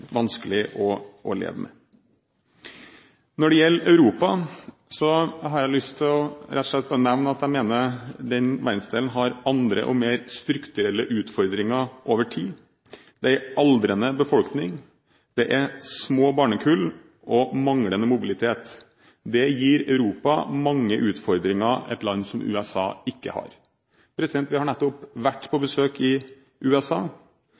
vanskelig å leve med. Når det gjelder Europa, har jeg rett og slett lyst til å nevne at jeg mener den verdensdelen har andre og mer strukturelle utfordringer over tid. Det er en aldrende befolkning, det er små barnekull og manglende mobilitet. Det gir Europa mange utfordringer et land som USA ikke har. Vi har nettopp vært på besøk i USA.